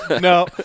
No